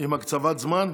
עם הקצבת זמן?